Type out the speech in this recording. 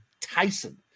Tyson